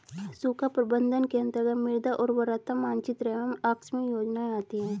सूखा प्रबंधन के अंतर्गत मृदा उर्वरता मानचित्र एवं आकस्मिक योजनाएं आती है